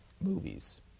movies